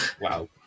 Wow